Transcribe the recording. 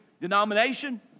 denomination